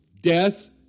death